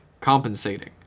Compensating